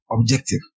objective